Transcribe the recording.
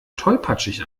tollpatschig